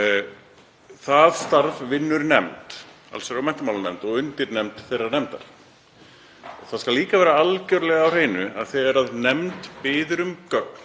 Það starf vinnur nefnd, allsherjar- og menntamálanefnd, og undirnefnd þeirrar nefndar. Það skal líka vera algerlega á hreinu að þegar nefnd biður um gögn